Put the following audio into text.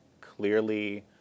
clearly